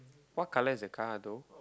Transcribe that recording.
what colour is the car though